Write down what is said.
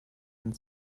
and